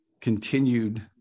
continued